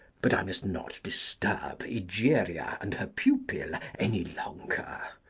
but i must not disturb egeria and her pupil any longer.